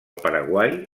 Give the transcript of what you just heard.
paraguai